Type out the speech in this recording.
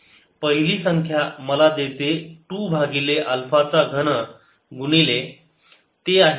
पहिली संख्या मला देते 2 भागिले अल्फा चा घन गुणिले